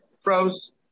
Froze